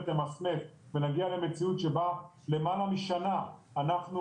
למסמס ולהגיע למציאות שבה למעלה משנה אנחנו,